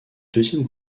deuxième